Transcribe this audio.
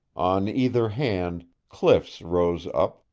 on either hand, cliffs rose up,